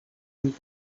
amb